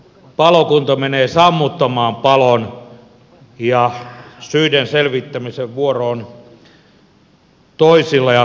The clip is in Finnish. palokunta menee sammuttamaan palon ja syiden selvittämisen vuoro on toisilla ja toisaalla